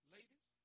Ladies